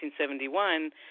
1971